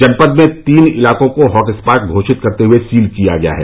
जनपद में तीन इलाकों को हॉटस्पॉट घोषित करते हुए सील किया गया है